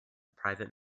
private